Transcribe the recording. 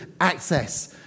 access